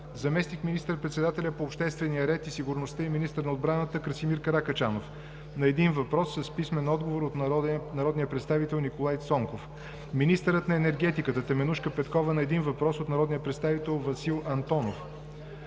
заместник министър-председателят по обществения ред и сигурността и министър на отбраната Красимир Каракачанов на един въпрос с писмен отговор от народния представител Николай Цонков; - министърът на енергетиката Теменужка Петкова на един въпрос от народния представител Васил Антонов;